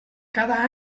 cada